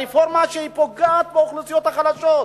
הרפורמה פוגעת באוכלוסיות החלשות,